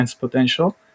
potential